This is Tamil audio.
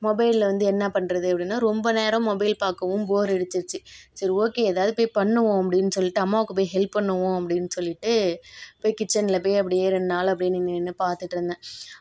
மொபைலில் வந்து என்ன பண்ணுறது அப்படின்னா ரொம்ப நேரம் மொபைல் பார்க்கவும் போர் அடிச்சிடுச்சு சரி ஓகே எதாவது போய் பண்ணுவோம் அப்படின் சொல்லிட்டு அம்மாவுக்கு போய் ஹெல்ப் பண்ணுவோம் அப்படின் சொல்லிவிட்டு போய் கிட்ச்சனில் போய் அப்படியே ரெண் நாள் அப்படியே நின்று நின்று பார்த்துட்ருந்தேன்